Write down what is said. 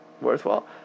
worthwhile